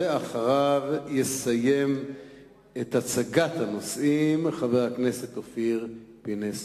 ואחריו יסיים את הצגת הנושאים חבר הכנסת אופיר פינס-פז.